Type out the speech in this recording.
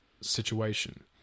situation